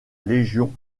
légion